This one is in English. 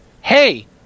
Hey